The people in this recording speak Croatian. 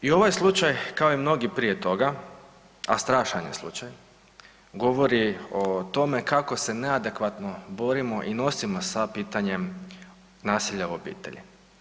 I ovaj slučaj kao i mnogi prije toga, a strašan je slučaj govori o tome kako se neadekvatno borimo i nosimo sa pitanjem nasilja u obitelji.